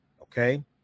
Okay